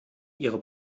ihre